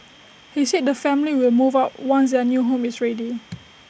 he said the family will move out once their new home is ready